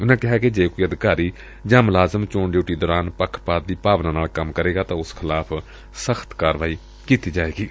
ਉਨਾਂ ਕਿਹਾ ਕਿ ਜੇ ਕੋਈ ਅਧਿਕਾਰੀ ਜਾਂ ਮੁਲਾਜੁਮ ਚੋਣ ਡਿਉਟੀ ਦੌਰਾਨ ਪੱਖਪਾਤ ਦੀ ਭਾਵਨਾ ਨਾਲ ਕੰਮ ਕਰੇਗਾ ਤਾਂ ਉਸ ਖਿਲਾਫ਼ ਸਖ਼ਤ ਕਾਰਵਾਈ ਕੀਤੀ ਜਾਏਗੀ